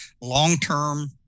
long-term